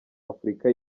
afurika